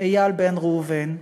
איל בן ראובן.